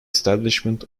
establishment